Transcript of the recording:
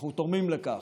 אנחנו תורמים לכך,